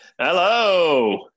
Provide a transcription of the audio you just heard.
Hello